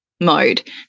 mode